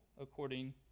according